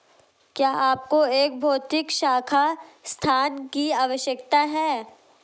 क्या आपको एक भौतिक शाखा स्थान की आवश्यकता है?